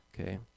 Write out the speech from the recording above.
okay